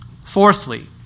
Fourthly